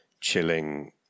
chilling